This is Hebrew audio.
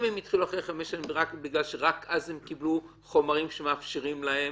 אם הם התחילו אחרי חמש שנים בגלל שרק אז הם קיבלו חומרים שמאפשרים להם,